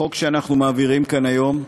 החוק שאנחנו מעבירים כאן היום,